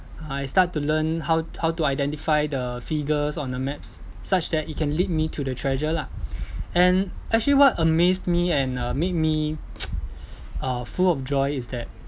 I start to learn how how to identify the figures on the maps such that it can lead me to the treasure lah and actually what amazed me and uh made me uh full of joy is that